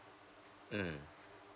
mm